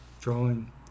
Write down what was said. drawing